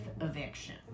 eviction